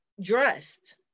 dressed